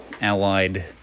Allied